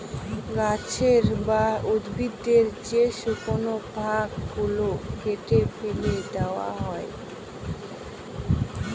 গাছের বা উদ্ভিদের যে শুকনো ভাগ গুলো কেটে ফেলে দেওয়া হয়